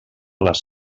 les